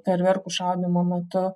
ferverkų šaudymo metu